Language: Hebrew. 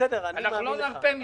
אנחנו לא נרפה מזה.